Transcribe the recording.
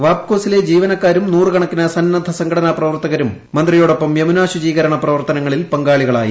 വാപ്കോസിലെ ജീവനക്കാരും നൂറുകണക്കിന് സന്നദ്ധ സംഘടനാപ്രവർത്തകരും മന്ത്രിമാരോടൊപ്പം യമുനാശുചീകരണ പ്രവർത്തനങ്ങളിൽ പങ്കാളികളായി